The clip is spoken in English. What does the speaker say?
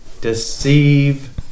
deceive